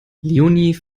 leonie